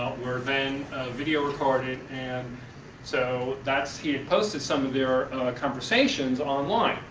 were then video recorded and so that's, he posted some of their conversations online.